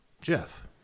Jeff